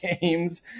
games